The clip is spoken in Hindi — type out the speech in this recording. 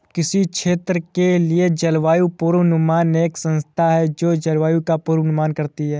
किसी क्षेत्र के लिए जलवायु पूर्वानुमान एक संस्था है जो जलवायु का पूर्वानुमान करती है